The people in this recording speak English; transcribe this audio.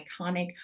iconic